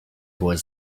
was